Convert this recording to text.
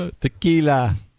Tequila